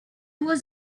was